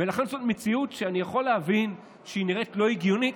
זאת מציאות שאני יכול להבין שהיא נראית לא הגיונית,